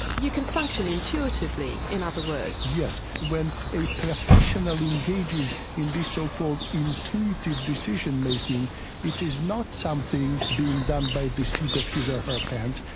you can function intuitively, in other words. yes, when a professional engages in this so-called intuitive decision-making it is not something being done by the seat of his or her pants,